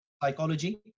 psychology